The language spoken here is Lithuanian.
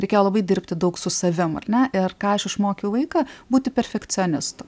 reikėjo labai dirbti daug su savim ar ne ir ką aš išmokiau vaiką būti perfekcionistu